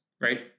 right